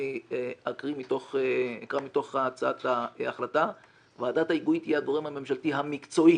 אני אקרא מתוך הצעת ההחלטה: "ועדת ההיגוי תהיה הגורם הממשלתי המקצועי